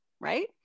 right